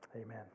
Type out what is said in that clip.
Amen